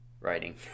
Writing